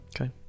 Okay